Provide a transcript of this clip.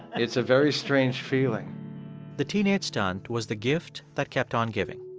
it's a very strange feeling the teenage stunt was the gift that kept on giving.